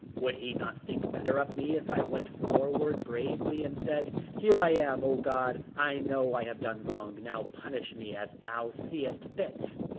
would he not think better of me if i went forward bravely and said here i am, o god, i know i have done wrong, now punish me as thou see'st fit.